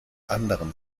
anderen